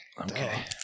Okay